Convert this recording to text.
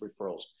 referrals